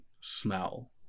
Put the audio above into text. smell